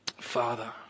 Father